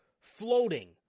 floating